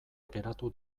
geratu